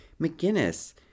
McGinnis